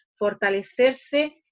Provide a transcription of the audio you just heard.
fortalecerse